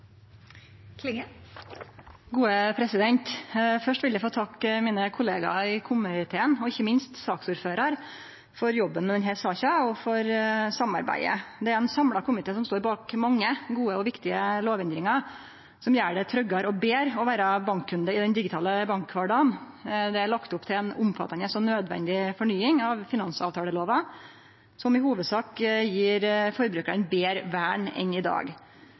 for gode tilbakemeldinger og godt samarbeid i saken. Først vil eg få takke kollegaene mine i komiteen og ikkje minst saksordføraren for jobben med denne saka og for samarbeidet. Det er ein samla komité som står bak mange gode og viktige lovendringar som gjer det tryggare og betre å vere bankkunde i den digitale bankkvardagen. Det er lagt opp til ei omfattande og nødvendig fornying av finansavtalelova som i hovudsak gjev forbrukarane betre vern enn i dag.